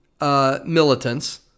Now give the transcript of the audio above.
militants